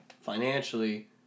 financially